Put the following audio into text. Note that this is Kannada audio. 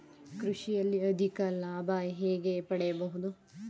ಕೃಷಿಯಲ್ಲಿ ಅಧಿಕ ಲಾಭ ಹೇಗೆ ಪಡೆಯಬಹುದು?